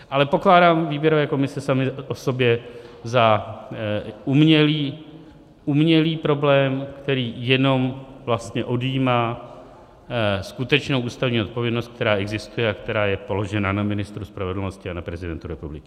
Ale pokládám výběrové komise samy o sobě za umělý problém, který jenom vlastně odjímá skutečnou ústavní odpovědnost, která existuje a která je položena na ministru spravedlnosti a na prezidentu republiky.